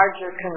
larger